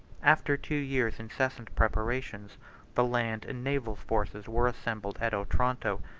after two years' incessant preparations the land and naval forces were assembled at otranto,